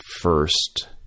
first